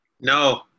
No